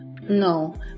No